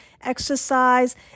exercise